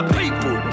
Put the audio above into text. people